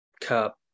Cup